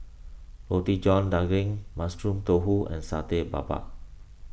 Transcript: Roti John Daging Mushroom Tofu and Satay Babat